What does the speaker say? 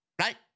right